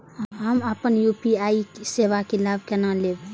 हम अपन यू.पी.आई सेवा के लाभ केना लैब?